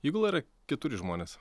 įgula yra keturi žmonės